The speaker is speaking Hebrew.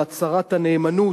של הצהרת הנאמנות,